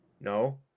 No